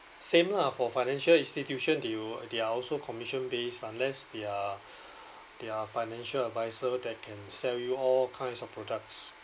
same lah for financial institution they will they are also commission based unless they are they are financial advisor that can sell you all kinds of products